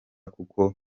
kuko